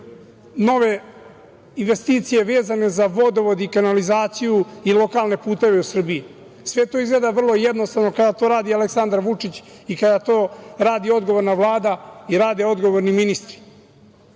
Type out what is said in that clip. nove investicije vezane za vodovod i kanalizaciju i lokalne puteve u Srbiji? Sve to izgleda vrlo jednostavno kada to radi Aleksandar Vučić i kada to radi odgovorna Vlada i rade odgovorni